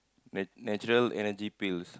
na~ natural Energy Pills